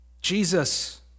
Jesus